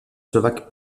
slovaque